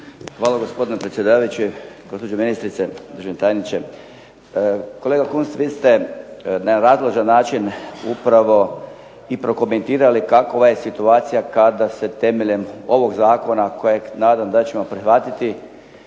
Hvala gospodine predsjedavajući. Gospođo ministrice, državni tajniče. Kolega Kunst, vi ste na razložan način upravo i prokomentirali kakva je situacija kada se temeljem ovog zakona kojeg naravno da ćemo prihvatiti